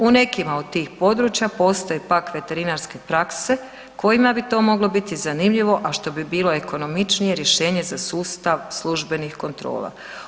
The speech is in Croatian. U nekima od tih područja postoje pak veterinarske prakse kojima bi to moglo biti zanimljivo, a što bi bilo ekonomičnije rješenje za sustav službenih kontrola.